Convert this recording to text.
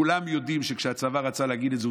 כולם יודעים שכשהצבא רצה להגיד את זה,